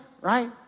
right